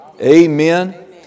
Amen